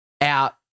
out